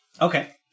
Okay